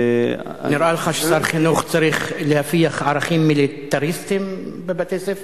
נראה לך ששר חינוך צריך להפיח ערכים מיליטריסטיים בבתי-הספר?